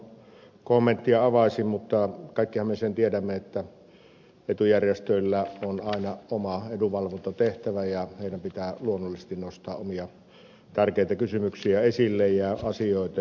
salon kommenttia avaisi mutta kaikkihan me sen tiedämme että etujärjestöillä on aina oma edunvalvontatehtävä ja niiden pitää luonnollisesti nostaa omia tärkeitä kysymyksiä ja asioita esille